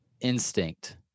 instinct